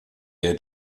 der